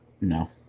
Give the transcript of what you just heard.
No